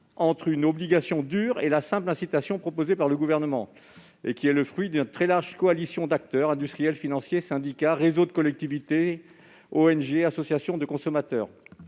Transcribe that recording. entre une obligation dure et la simple incitation proposée par le Gouvernement. Il résulte d'une très large coalition d'acteurs : industriels, financiers, syndicats, réseaux de collectivités, ONG et associations de consommateurs.